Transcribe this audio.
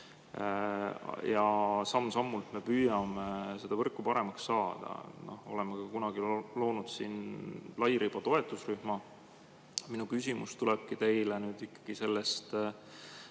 Ja samm-sammult me püüame võrku paremaks saada. Oleme ka kunagi loonud siin lairiba toetusrühma. Minu küsimus tulebki teile nüüd ikkagi perspektiivi